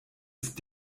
ist